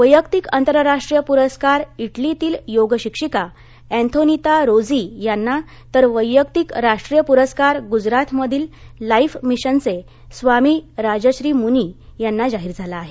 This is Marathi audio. वैयक्तिक आंतरराष्ट्रीय पुरस्कार विलीतील योग शिक्षिका अँथोनीता रोजी यांना तर वैयक्तिक राष्ट्रीय पुरस्कार गुजरातमधील ला ि मिशनचे स्वामी राजश्री मुनी यांना जाहीर झाला आहे